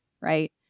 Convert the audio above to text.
right